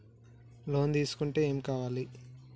Loan తీసుకుంటే ఏం కావాలి?